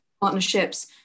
partnerships